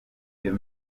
iyo